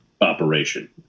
operation